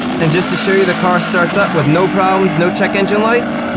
and just to show you the car starts up with no problems. no check engine lights